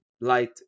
light